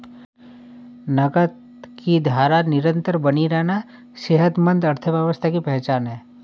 नकद की धारा निरंतर बनी रहना सेहतमंद अर्थव्यवस्था की पहचान है